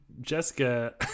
Jessica